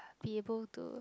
be able to